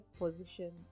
position